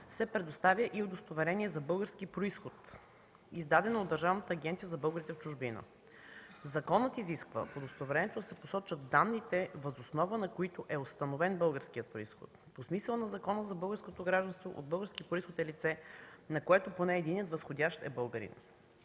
се предоставя и удостоверение за български произход, издадено от Държавната агенция за българите в чужбина. Законът изисква в удостоверението да се посочват данните, въз основа на които е установен българският произход. По смисъла на Закона за българското гражданство от български произход е лице, на което поне единият възходящ е българин.